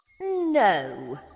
No